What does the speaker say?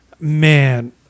Man